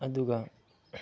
ꯑꯗꯨꯒ